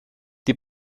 die